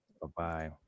Bye-bye